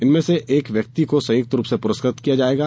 इनमें से एक व्यंक्ति को संयुक्त रूप से पुरस्कृत किया जायेगा